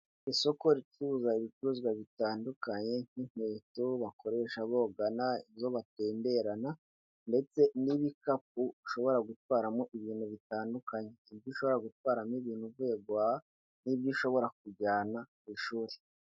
Isoko ricuruza ibicuruzwa bitandukanye nk'inkweto bakoresha bogana, izo batemberana, ndetse n'ibikapu ushobora gutwaramo ibintu bitandukanye; ibyo ushobora gutwaramo ibintu uvuye guhaha n'ibyo ushobora kujyana ku ishuri.